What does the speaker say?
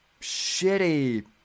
shitty